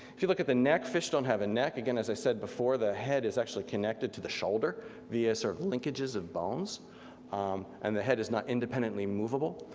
if you look at the neck, fish don't have a neck. again as i said before, the head is actually connected to the shoulder via sort of linkages of bones and the head is not independent movable,